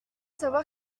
savoir